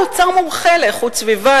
האוצר מומחה לאיכות סביבה,